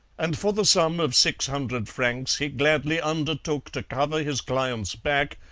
and for the sum of six hundred francs he gladly undertook to cover his client's back,